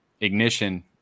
ignition